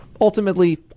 Ultimately